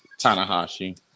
Tanahashi